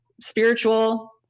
spiritual